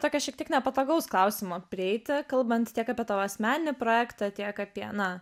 tokio šiek tiek nepatogaus klausimo prieiti kalbant tiek apie tavo asmeninį projektą tiek apie na